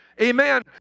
Amen